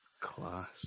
Class